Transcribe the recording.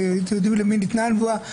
ואתם יודעים למי ניתנה הנבואה,